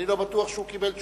אני לא בטוח שהוא קיבל תשובה,